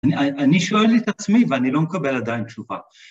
‫אני שואל את עצמי ‫ואני לא מקבל עדיין תשובה.